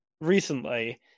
recently